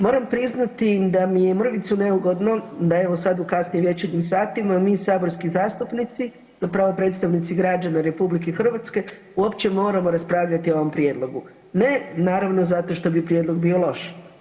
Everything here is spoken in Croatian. Moram priznati da mi je mrvicu neugodno da evo sad u kasnim večernjim satima mi saborski zastupnici, zapravo predstavnici građana RH uopće moramo raspravljati o ovom prijedlogu ne naravno zato što bi prijedlog bio loš.